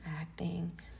acting